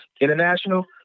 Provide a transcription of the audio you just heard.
international